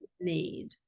need